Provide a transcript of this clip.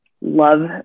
love